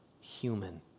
Human